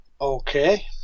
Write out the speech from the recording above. okay